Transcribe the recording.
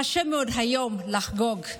קשה מאוד היום לחגוג,